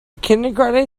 kindergarten